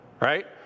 right